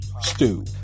Stew